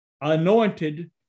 anointed